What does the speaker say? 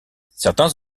certains